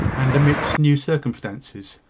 and amidst new circumstances.